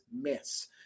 miss